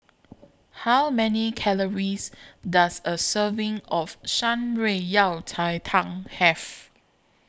How Many Calories Does A Serving of Shan Rui Yao Cai Tang Have